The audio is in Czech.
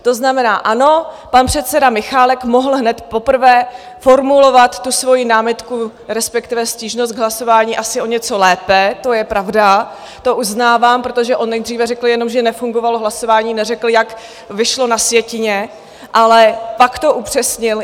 To znamená, ano, pan předseda Michálek mohl hned poprvé formulovat svoji námitku, respektive stížnost k hlasování asi o něco lépe, to je pravda, to uznávám, protože on nejdříve řekl jenom, že nefungovalo hlasování, neřekl, jak vyšlo na sjetině, ale pak to upřesnil.